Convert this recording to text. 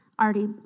already